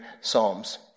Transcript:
psalms